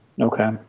Okay